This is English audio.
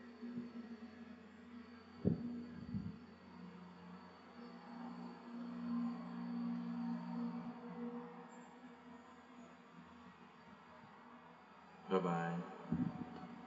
bye bye